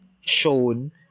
shown